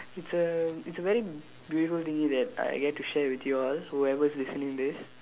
it's a it's a very beautiful thing that I get to share with y'all who ever is listening this